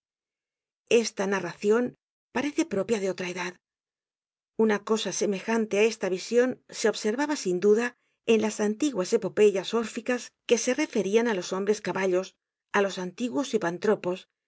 esta narracion parece propia de otra edad una cosa semejante á esta vision se observaba sin duda en las antiguas epopeyas órficas que se referían á los hombres caballos á los antiguos